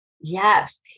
Yes